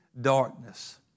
darkness